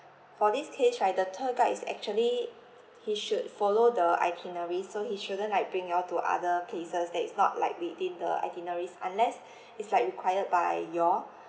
for this case right the tour guide is actually he should follow the itinerary so he shouldn't like bring you all to other places that is not like within the itineraries unless it's like required by you all